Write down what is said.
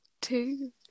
two